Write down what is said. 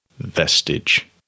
vestige